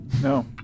No